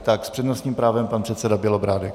Tak, s přednostním právem pan předseda Bělobrádek.